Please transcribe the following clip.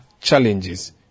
challenges